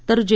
तर जे